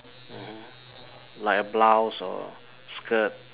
mmhmm like a blouse or skirt